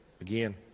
again